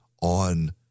on